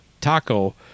taco